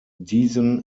diesen